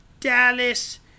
Dallas